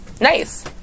Nice